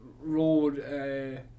road